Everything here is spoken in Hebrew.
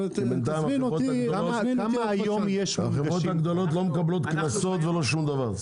כי בינתיים החברות הגדולות לא מקבלות קנסות ולא שום דבר.